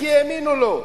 כי האמינו לו.